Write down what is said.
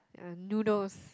noodles